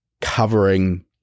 covering